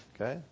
Okay